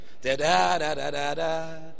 Da-da-da-da-da-da